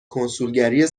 کنسولگری